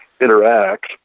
interact